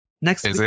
next